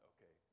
Okay